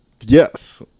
Yes